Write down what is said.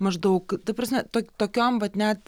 maždaug ta prasme to tokiam vat net